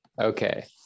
Okay